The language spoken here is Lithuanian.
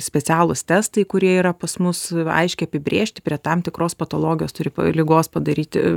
specialūs testai kurie yra pas mus aiškiai apibrėžti prie tam tikros patologijos turi ligos padaryti